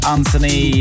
Anthony